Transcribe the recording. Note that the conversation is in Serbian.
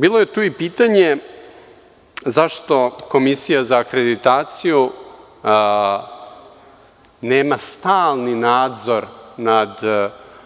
Bilo je tu i pitanje zašto Komisija za akreditaciju nema stalni nadzor